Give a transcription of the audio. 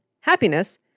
happiness